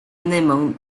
内蒙古